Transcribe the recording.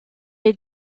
est